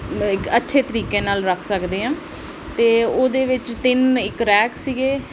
ਇੱਕ ਅੱਛੇ ਤਰੀਕੇ ਨਾਲ ਰੱਖ ਸਕਦੇ ਹਾਂ ਅਤੇ ਉਹਦੇ ਵਿੱਚ ਤਿੰਨ ਇੱਕ ਰੈਕ ਸੀਗੇ